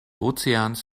ozeans